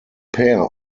pair